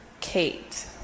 Kate